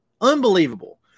Unbelievable